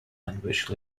language